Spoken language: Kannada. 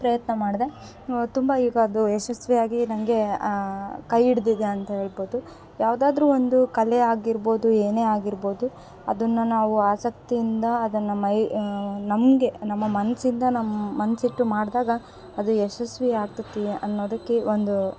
ಪ್ರಯತ್ನ ಮಾಡಿದೆ ತುಂಬ ಈಗ ಅದು ಯಶಸ್ವಿಯಾಗಿ ನನಗೆ ಕೈ ಹಿಡ್ದಿದೆ ಅಂತ ಹೇಳ್ಬೋದು ಯಾವ್ದಾದರು ಒಂದು ಕಲೆ ಆಗಿರ್ಬೋದು ಏನೇ ಆಗಿರ್ಬೋದು ಅದನ್ನ ನಾವು ಆಸಕ್ತಿಯಿಂದ ಅದನ್ನು ಮೈ ನಮಗೆ ನಮ್ಮ ಮನಸ್ಸಿಂದ ನಮ್ಮ ಮನಸಿಟ್ಟು ಮಾಡಿದಾಗ ಅದು ಯಶಸ್ವಿಯಾಗ್ತತ್ತಿ ಅನ್ನೋದಕ್ಕೆ ಒಂದು